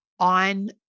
on